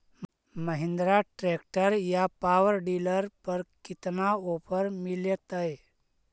Mahindra tractor या power dealer पर कितना ओफर मीलेतय?